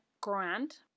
grand